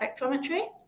spectrometry